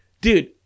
Dude